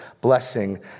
blessing